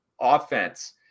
offense